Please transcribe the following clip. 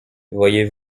voyez